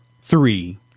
three